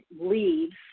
leaves